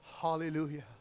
Hallelujah